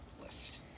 list